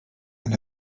and